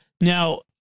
Now-